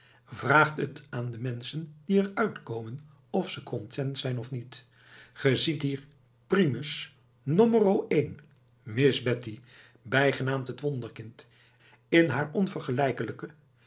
vraagt t aan de menschen die er uitkomen of ze content zijn of niet ge ziet hier primus nommero één miss betty bijgenaamd het wonderkind in haar